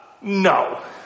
no